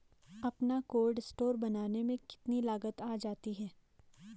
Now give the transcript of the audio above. अपना cold store बनाने में कितनी लागत आ जाती है?